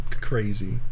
crazy